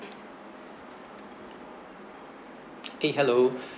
eh hello